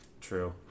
True